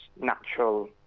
natural